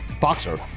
boxer